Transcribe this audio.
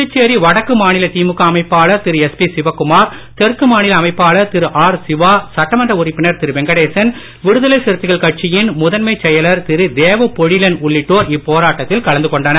புதுச்சேரி வடக்கு மாநில திமுக அமைப்பாளர் திரு எஸ்பி சிவக்குமார் தெற்கு மாநில அமைப்பாளர் திரு ஆர் சிவா சட்டமன்ற உறுப்பினர் திரு வெங்கடேசன் விடுதலை சிறுத்தைகள் கட்சியின் முதன்மை செயலர் திரு தேவ பொழிலன் உள்ளிட்டோர் இப்போராட்டத்தில் கலந்து கொண்டனர்